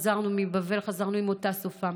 וכשחזרנו מבבל חזרנו עם אותה שפה,